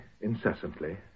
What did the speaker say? incessantly